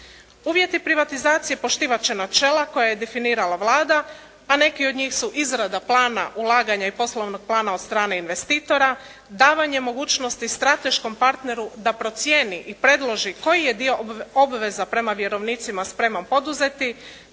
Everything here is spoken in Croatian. Uvjeti privatizacije poštivat će načela koja je definirala Vlada a neki od njih su izrada plana ulaganja i poslovnog plana od strane investitora, davanje mogućnosti strateškom partneru da procijeni i predloži koji je dio obveza prema vjerovnicima spreman poduzeti,